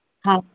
हा